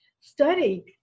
study